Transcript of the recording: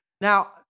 Now